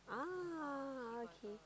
ah okay